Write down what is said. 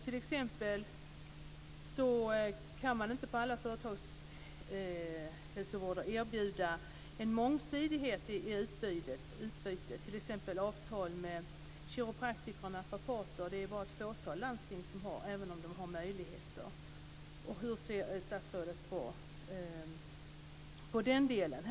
All företagshälsovård kan inte erbjuda ett mångsidigt utbud. T.ex. är det bara ett fåtal landsting som har avtal med kiropraktiker och naprapater. Hur ser statsrådet på detta?